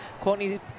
Courtney